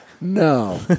No